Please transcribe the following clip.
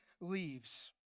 leaves